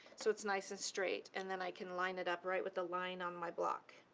so it's nice and straight. and then i can line it up right with the line on my block